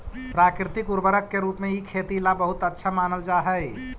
प्राकृतिक उर्वरक के रूप में इ खेती ला बहुत अच्छा मानल जा हई